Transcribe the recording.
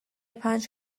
پنج